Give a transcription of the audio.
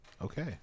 okay